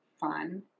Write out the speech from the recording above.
fun